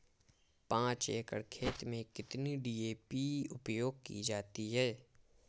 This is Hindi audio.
पाँच एकड़ खेत में कितनी डी.ए.पी उपयोग की जाती है?